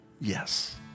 Yes